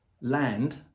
land